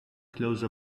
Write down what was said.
close